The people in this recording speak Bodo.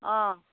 अह